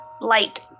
light